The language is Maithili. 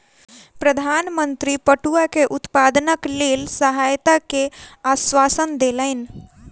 प्रधान मंत्री पटुआ के उत्पादनक लेल सहायता के आश्वासन देलैन